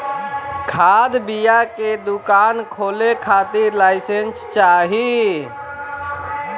खाद बिया के दुकान खोले के खातिर लाइसेंस चाही